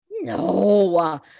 No